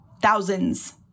thousands